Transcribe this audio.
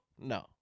No